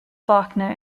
faulkner